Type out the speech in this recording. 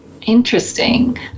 interesting